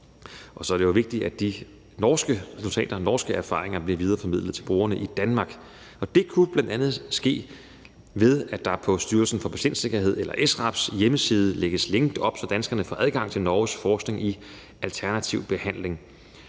Og så er det jo vigtigt, at de norske resultater og erfaringer bliver videreformidlet til brugerne i Danmark. Det kunne bl.a. ske ved, at der på Styrelsen for Patientsikkerhed eller SRAB's hjemmeside lægges link op, så danskerne får adgang til Norges forskning i alternativ behandling